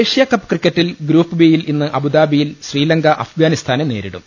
Asia Cup ക്രിക്കറ്റിൽ group ബിയിൽ ഇന്ന്അബുദാബിയിൽ ശ്രീലങ്ക അഫ്ഗാനിസ്ഥാനെ നേരിടും